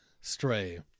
stray